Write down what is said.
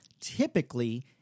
Typically